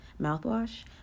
mouthwash